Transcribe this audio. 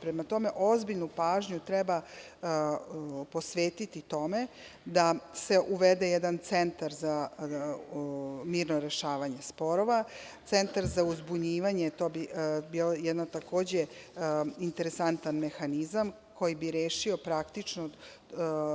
Prema tome, ozbiljnu pažnju treba posvetiti tome da se uvede jedan centar za mirno rešavanje sporova, centar uzbunjivanje to bi bilo jedno takođe interesantan mehanizam koji bi rešio praktično